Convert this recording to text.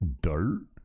dirt